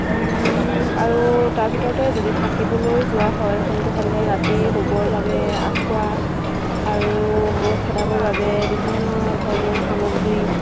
আৰু তাৰ ভিতৰতে যদি থাকিবলৈ যোৱা হয় তেন্তেহ'লে ৰাতি শুবৰ বাবে আঁঠুৱা আৰু মহ খেদাবৰ বাবে বিভিন্ন ধৰণৰ সামগ্ৰী